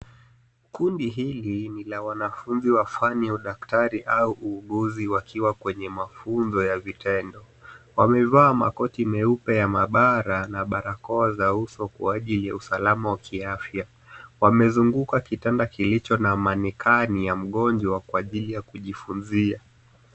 Kundi hili ni la wanafunzi wa fani ya udaktari au uuguzi wakiwa kwenye mafunzo ya vitendo. Wamevaa makoti meupe ya maabara na barakoa za uso kwa ajili ya usalama wa kiafya. Wamezunguka kitanda kilicho na manikani ya mgonjwa kwa ajili ya kujifunzia.